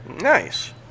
nice